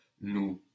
nous